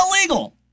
illegal